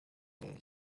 their